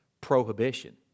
prohibition